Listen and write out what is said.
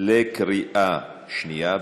בקריאה שנייה.